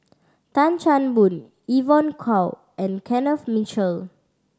Tan Chan Boon Evon Kow and Kenneth Mitchell